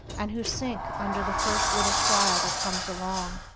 and who sink under the first little trial that comes along.